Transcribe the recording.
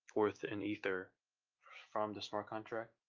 worth in ether from the smart contract,